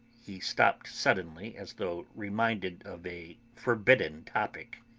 he stopped suddenly, as though reminded of a forbidden topic.